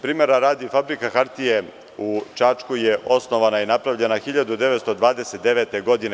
Primera radi, Fabrika hartije u Čačku je osnovana i napravljena 1929. godine.